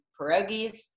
pierogies